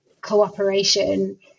cooperation